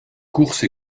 courses